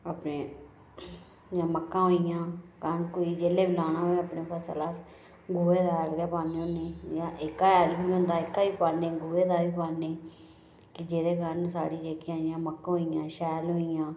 अपने जियां मक्कां होई गेइयां कनक होई जेल्लै बी लानै होऐ अपने फसल अस गोहे दा हैल गै पान्ने होन्ने जेह्का ऐह्का हैल होंदा ऐह्का बी गोहे दा बी पान्ने कि जेह्दे कन्नै जेह्की साढ़ी मक्कां होई गेइयां शैल होई गेइयां